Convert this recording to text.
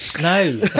No